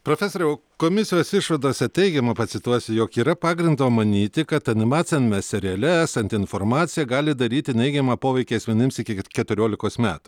profesoriau komisijos išvadose teigiama pacituosiu jog yra pagrindo manyti kad animaciniame seriale esanti informacija gali daryti neigiamą poveikį asmenims iki keturiolikos metų